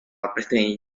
peteĩ